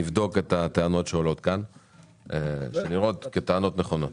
נבדוק את הטענות שעולות כאן והן נראות כטענות נכונות.